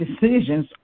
decisions